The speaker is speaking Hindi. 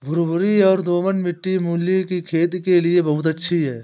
भुरभुरी और दोमट मिट्टी मूली की खेती के लिए बहुत अच्छी है